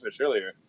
earlier